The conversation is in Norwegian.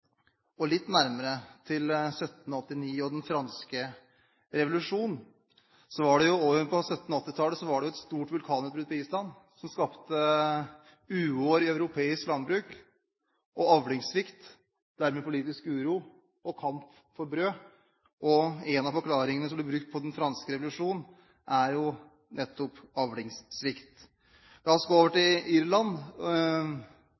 og litt nærmere i tid, til 1789 og den franske revolusjon, var det på 1780-tallet et stort vulkanutbrudd på Island som skapte uår og avlingssvikt i europeisk landbruk, og dermed politisk uro og kamp om brød. En av forklaringene som har blitt brukt på den franske revolusjon, er nettopp avlingssvikt. La oss gå over til